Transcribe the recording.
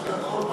מס עקרות-בית.